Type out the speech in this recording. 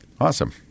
Awesome